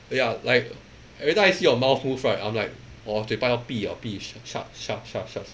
ya like everytime I see your mouth move right I'm like 我嘴巴要闭 liao 闭 sh~ shut up shut up shut up shut up